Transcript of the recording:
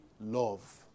love